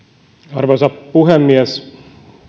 arvoisa puhemies